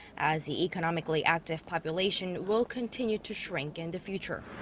as the economically active population will continue to shrink in the future.